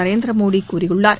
நரேந்திர மோடி கூறியுள்ளார்